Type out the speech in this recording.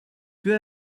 peu